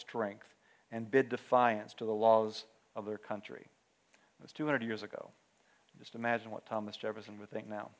strength and bid defiance to the laws of their country that's two hundred years ago just imagine what thomas jefferson with a now